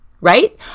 right